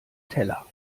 teller